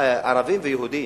הערבים והיהודים,